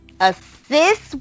assist